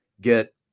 get